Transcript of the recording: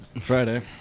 Friday